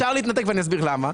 אפשר להתנתק ואני אסביר גם למה.